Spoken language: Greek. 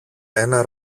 ένα